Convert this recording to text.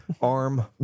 arm